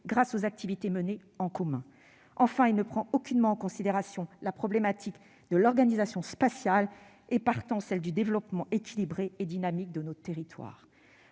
grâce aux activités menées en commun. Enfin, il ne prend aucunement en considération la problématique de l'organisation spatiale et, partant, celle du développement équilibré et dynamique de nos territoires.